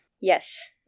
Yes